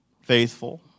faithful